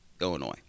Illinois